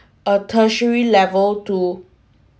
a tertiary level to